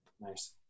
nice